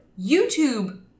YouTube